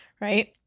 Right